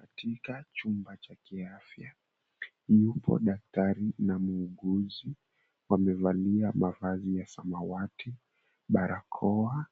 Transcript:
Katika chumba cha kiafya yupo daktari na muuguzi wamevalia mavazi ya samawati, barakoa